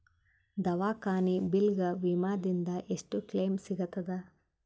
ದವಾಖಾನಿ ಬಿಲ್ ಗ ವಿಮಾ ದಿಂದ ಎಷ್ಟು ಕ್ಲೈಮ್ ಸಿಗತದ?